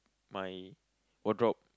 my wardrobe